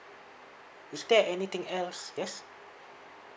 is there anything else yes